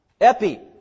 Epi